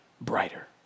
brighter